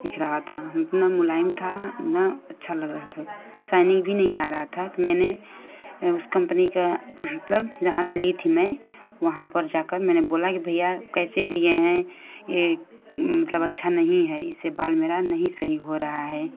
दिख रहा था इतना मुलायम था न अच्छा लग रहा था साइनिंग भी नहीं आ रहा था त मैंने उस कम्पनी का मतलब जहाँ से ली थी मैं वहाँ पर जा कर बोली भैया कैसे दिये हैं ये मतलब अच्छा नहीं है इससे बाल मेरा नहीं सही हो रहा है